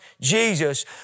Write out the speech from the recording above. Jesus